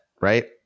right